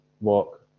walk